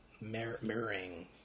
mirroring